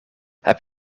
heb